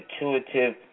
Intuitive